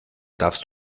darfst